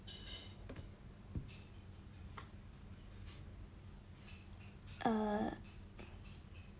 err